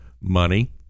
money